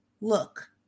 look